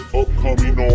upcoming